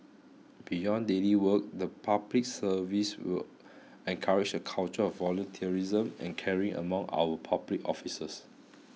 beyond daily work the public service will encourage a culture of volunteerism and caring among our public officers